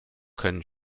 können